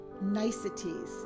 niceties